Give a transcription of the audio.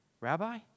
Rabbi